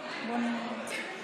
המרה),